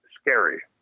Scary